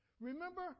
Remember